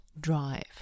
drive